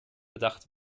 bedacht